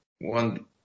one